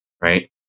right